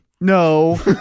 No